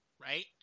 right